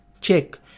check